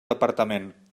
departament